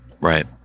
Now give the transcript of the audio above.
Right